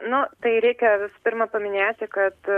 nu tai reikia vis pirma paminėti kad